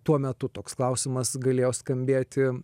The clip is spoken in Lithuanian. tuo metu toks klausimas galėjo skambėti